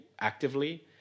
actively